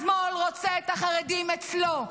השמאל רוצה את החרדים אצלו,